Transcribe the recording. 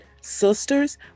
sisters